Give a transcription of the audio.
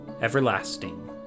everlasting